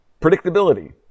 Predictability